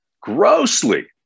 grossly